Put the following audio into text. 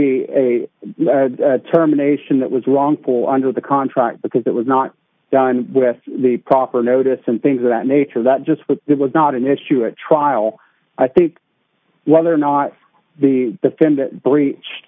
be a terminations that was wrongful under the contract because it was not done with the proper notice and things of that nature that just that was not an issue at trial i think whether or not the defendant breach